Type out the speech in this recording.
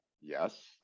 Yes